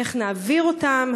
איך נעביר אותם,